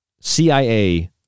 CIA